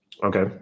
Okay